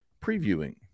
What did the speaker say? previewing